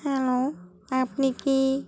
hello আপনি কি